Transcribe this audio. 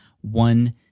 one